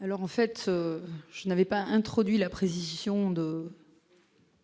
Alors en fait je n'avait pas introduit la précision de.